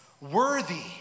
Worthy